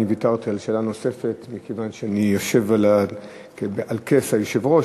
אני ויתרתי על שאלה נוספת מכיוון שאני יושב על כס היושב-ראש,